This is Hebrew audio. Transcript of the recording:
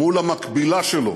מול המקבילה שלו